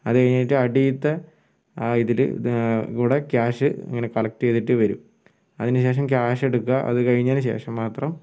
അത് കഴിഞ്ഞിട്ട് അടിയിലത്തെ ആ ഇതിൽ കൂടി ക്യാഷ് ഇങ്ങനെ കളക്ട് ചെയ്തിട്ട് വരും അതിന് ശേഷം ക്യാഷ് എടുക്കുക അത് കഴിഞ്ഞതിന് ശേഷം മാത്രം